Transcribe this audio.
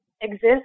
exist